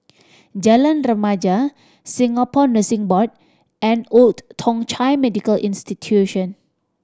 Jalan Remaja Singapore Nursing Board and Old Thong Chai Medical Institution